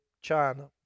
china